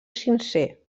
sincer